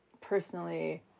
personally